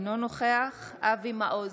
אינו נוכח אבי מעוז,